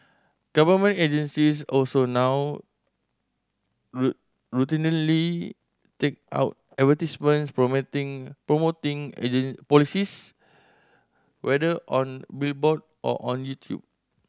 government agencies also now routinely take out advertisements promoting promoting policies whether on billboard or on YouTube